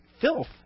filth